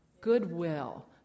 Goodwill